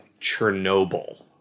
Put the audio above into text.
Chernobyl